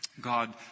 God